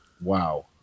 Wow